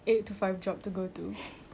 what are humans catered to do